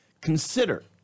consider